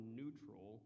neutral